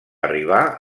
arribar